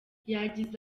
yagize